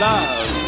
Love